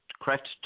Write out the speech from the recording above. correct